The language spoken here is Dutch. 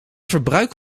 verbruik